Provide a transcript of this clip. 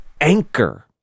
anchor